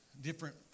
different